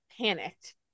panicked